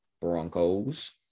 Broncos